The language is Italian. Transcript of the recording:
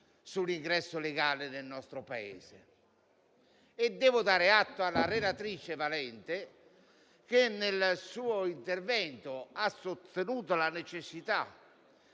dell'ingresso legale nel nostro Paese. Devo dare atto alla relatrice, senatrice Valente, che nel suo intervento ha sostenuto la necessità